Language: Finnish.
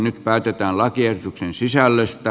nyt päätetään lakiehdotuksen sisällöstä